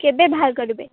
କେବେ ବାହାର କରିବେ